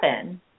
seven